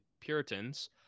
Puritans